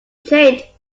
changed